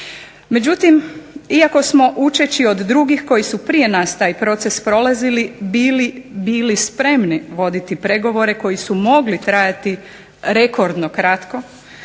Međutim, iako smo učeći od drugih koji su prije nas taj proces prolazili bili spremni voditi pregovore koji su mogli trajati rekordno kratko